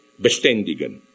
bestendigen